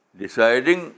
deciding